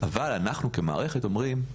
אבל אנחנו כמערכת אומרים,